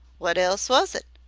wot else was it?